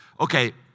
Okay